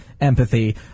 empathy